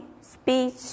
speech